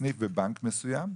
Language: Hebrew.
בסניף בנק מסוים.